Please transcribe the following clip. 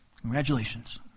congratulations